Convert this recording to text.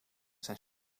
zijn